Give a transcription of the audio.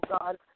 God